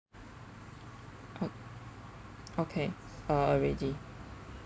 o~ okay uh ready